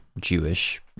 Jewish